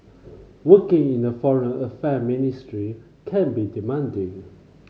working in the Foreign Affair ministry can be demanding